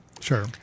Sure